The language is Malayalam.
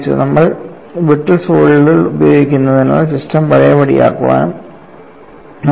നമ്മൾ ബ്രിട്ടിൽ സോളിഡുകൾ ഉപയോഗിക്കുന്നതിനാൽ സിസ്റ്റം പഴയപടിയാക്കാനാകും